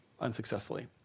unsuccessfully